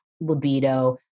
libido